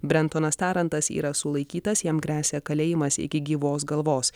brentonas tarantas yra sulaikytas jam gresia kalėjimas iki gyvos galvos